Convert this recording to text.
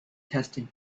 testing